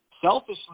selfishly